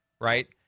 right